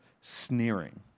sneering